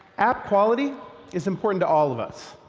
app quality is important to all of us.